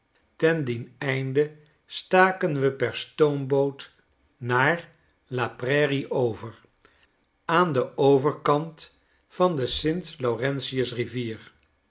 te dien einde staken we per stoomboot naar l a prairie over aan den overkant van de st laurentius rivier